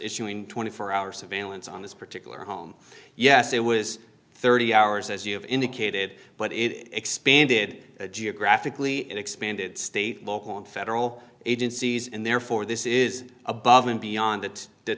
issuing twenty four hour surveillance on this particular home yes it was thirty hours as you have indicated but it expanded geographically expanded state local and federal agencies and therefore this is above and beyond that the